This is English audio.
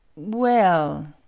well,